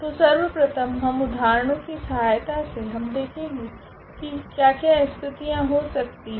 तो सर्वप्रथम हम उदाहरणों की सहायता से हम देखेगे की क्या क्या स्थितियाँ हो सकती है